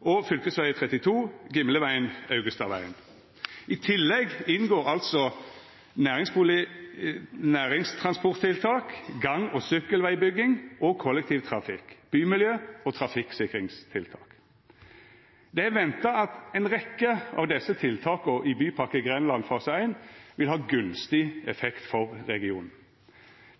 og fv. 32 Gimleveien–Augestadveien. I tillegg inngår næringstransporttiltak, gang- og sykkelvegbygging og kollektivtrafikk-, bymiljø- og trafikksikringstiltak. Det er venta at ei rekkje av desse tiltaka i Bypakke Grenland fase 1 vil ha ein gunstig effekt for regionen.